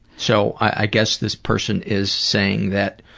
so, i guess this person is saying that